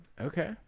Okay